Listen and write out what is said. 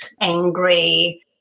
angry